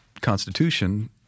Constitution